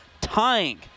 tying